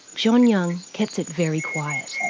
john young kept it very quiet.